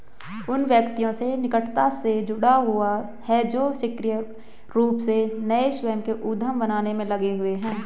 उन व्यक्तियों से निकटता से जुड़ा हुआ है जो सक्रिय रूप से नए स्वयं के उद्यम बनाने में लगे हुए हैं